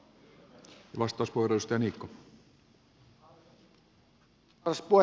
arvoisa puhemies